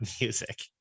music